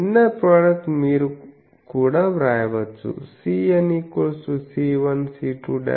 inner product మీరు కూడా వ్రాయవచ్చు Cn C1C2